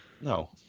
No